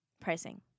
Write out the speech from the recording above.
Pricing